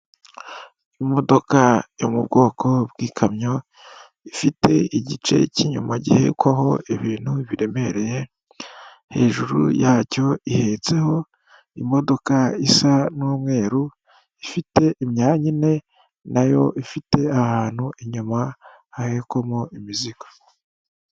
Imodoka yo mu bwoko bw'ikamyo ifite igice cy'inyuma gikwaho ibintu biremereye, hejuru yacyo ihetseho imodoka isa n'umweru ifite imyanya ine nayo ifite ahantu inyuma hahekwamo imizigo.